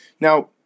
Now